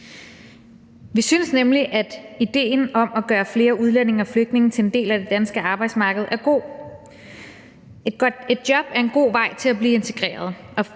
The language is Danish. Vi synes nemlig, at ideen om at gøre flere udlændinge og flygtninge til en del af det danske arbejdsmarked er god. Et job er en god vej til at blive integreret;